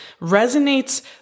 resonates